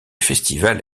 festival